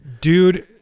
Dude